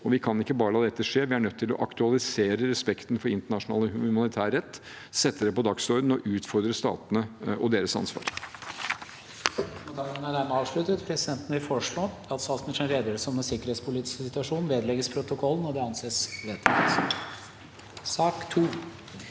vi kan ikke bare la dette skje. Vi er nødt til å aktualisere respekten for internasjonal humanitærrett, sette det på dagsordenen og utfordre statene og deres ansvar.